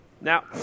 Now